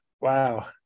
wow